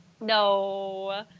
no